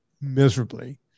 miserably